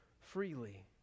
freely